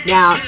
Now